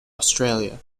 australia